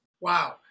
Wow